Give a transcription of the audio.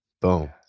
Boom